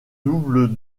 double